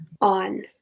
on